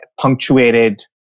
punctuated